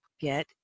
get